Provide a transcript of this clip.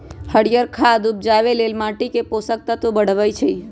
हरियर खाद उपजाके लेल माटीके पोषक तत्व बढ़बइ छइ